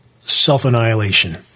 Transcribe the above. self-annihilation